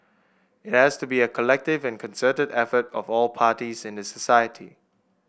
it has to be a collective and concerted effort of all parties in the society